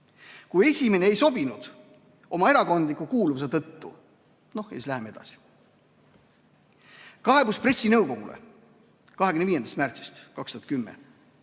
X. Esimene ei sobinud oma erakondliku kuuluvuse tõttu. Noh, läheme edasi. Kaebus pressinõukogule 25. märtsist 2010: